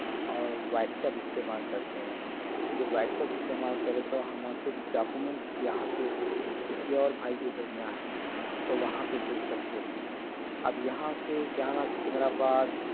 اور WhatsApp استعمال کرتے ہیں جب واٹس اپ استعمال کرے تو ہم کچھ ڈاکومینٹس یہاں سے کسی اور بھائی کو بھیجنا ہے تو وہاں پہ بھیج سکتے ہیں اب یہاں سے جانا سکندر آباد